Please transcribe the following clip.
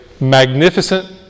magnificent